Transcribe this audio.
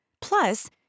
Plus